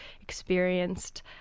experienced